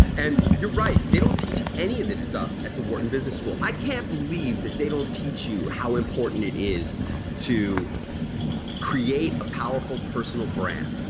and you're right, they don't teach any of this stuff at the wharton business school. i can't believe that they don't teach you how important it is to create a powerful personal brand.